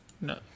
No